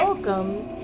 Welcome